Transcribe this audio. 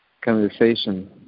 conversation